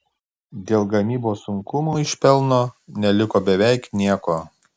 dėl gamybos sunkumų iš pelno neliko beveik nieko